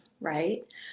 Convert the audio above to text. right